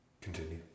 Continue